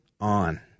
on